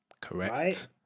Correct